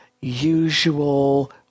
usual